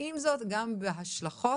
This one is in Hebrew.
ועם זאת, גם בהשלכות